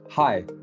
Hi